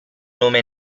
nome